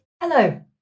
Hello